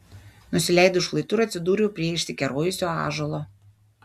nusileidau šlaitu ir atsidūriau prie išsikerojusio ąžuolo